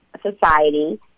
society